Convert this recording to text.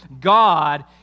God